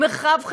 מרחב חברתי,